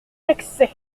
d’accès